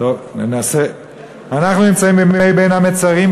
אנחנו נמצאים בימי בין המצרים,